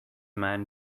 man